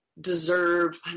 deserve